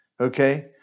okay